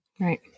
right